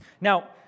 Now